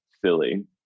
silly